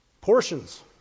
portions